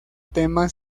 tema